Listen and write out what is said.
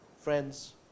friends